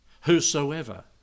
Whosoever